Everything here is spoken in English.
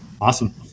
awesome